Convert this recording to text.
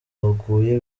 waguye